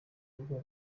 urwo